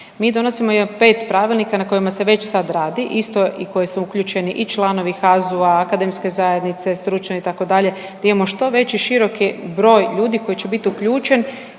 Mi donosimo 5 pravilnika na kojima se već sad radi, isto i u koje su uključeni i članovi HAZU-a, akademske zajednice, stručne, itd., da imamo što veći i široki broj ljudi koji će bit uključen